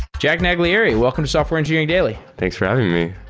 jack naglieri, welcome to software engineering daily thanks for having me.